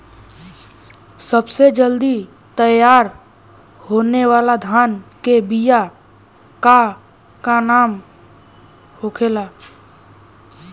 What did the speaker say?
सबसे जल्दी तैयार होने वाला धान के बिया का का नाम होखेला?